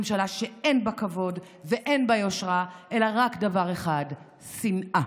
ממשלה שאין בה כבוד ואין בה יושרה אלא רק דבר אחד: שנאה.